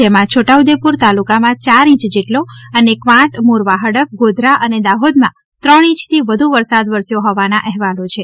જેમાં છોટાઉદેપુર તાલુકામાં ચાર ઇંચ જેટલો અને કવાંટ મોરવા હડફ ગોધરા અને દાહોદ ત્રણ ઇંચથી વ્ધ્ વરસાદ વરસ્યો હોવાના અહેવાલો છે